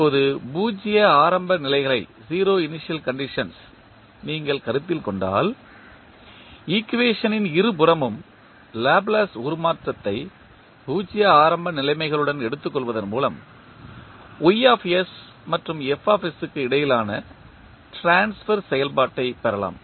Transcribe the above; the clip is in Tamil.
இப்போது பூஜ்ஜிய ஆரம்ப நிலைமைகளை நீங்கள் கருத்தில் கொண்டால் ஈக்குவேஷனின் இருபுறமும் லாப்லேஸ் உருமாற்றத்தை பூஜ்ஜிய ஆரம்ப நிலைமைகளுடன் எடுத்துக்கொள்வதன் மூலம் Y மற்றும் F க்கு இடையிலான ட்ரான்ஸ்பர் செயல்பாட்டைப் பெறலாம்